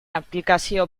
aplikazio